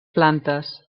plantes